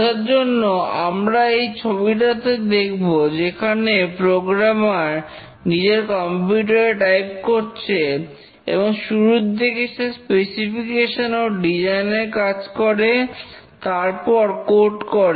বোঝার জন্য আমরা এই ছবিটাতে দেখব যেখানে প্রোগ্রামার নিজের কম্পিউটার এ টাইপ করছে এবং শুরুর দিকে সে স্পেসিফিকেশন ও ডিজাইন এর কাজ করে তারপর কোড করে